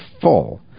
full